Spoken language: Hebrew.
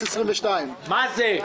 05022. מה זה?